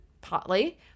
partly